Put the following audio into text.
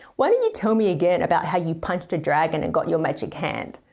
why don't you tell me again about how you punched a dragon and got your magic hand?